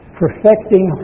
perfecting